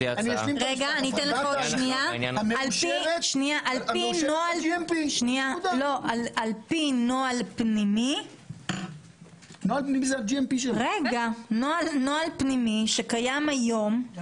הפרדה תהליכית המאושרת על פי נוהל GMP. זה